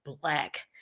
black